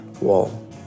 wall